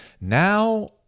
Now